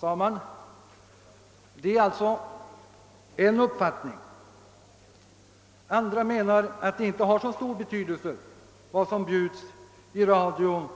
Detta är alltså en uppfattning. Andra menar att det inte har så stor betydelse vad som bjuds i radio,